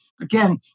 again